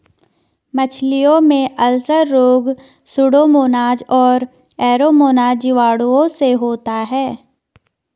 मछलियों में अल्सर रोग सुडोमोनाज और एरोमोनाज जीवाणुओं से होता है